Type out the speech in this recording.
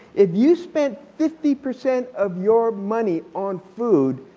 if you spent fifty percent of your money on food,